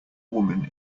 woman